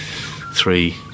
three